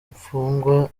mfungwa